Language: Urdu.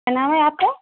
کیا نام ہے آپ کا